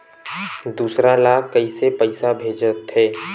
दूसरा ला कइसे पईसा भेजथे?